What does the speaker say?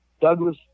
Douglas